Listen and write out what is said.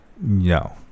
no